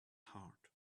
heart